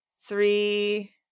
three